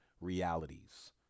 realities